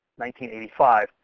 1985